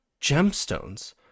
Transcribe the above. gemstones